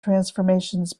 transformations